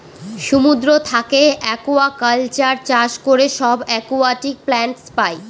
সমুদ্র থাকে একুয়াকালচার চাষ করে সব একুয়াটিক প্লান্টস পাই